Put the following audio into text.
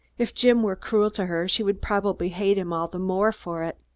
if jim were cruel to her, she would probably hate him all the more for it.